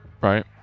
Right